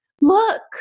look